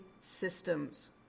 systems